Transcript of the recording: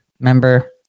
Remember